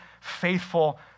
faithful